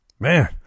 Man